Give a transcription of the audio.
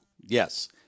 Yes